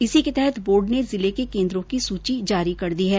इसी के तहत बोर्ड ने जिले के केंद्रो की सूची जारी कर दी है